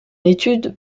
l’étude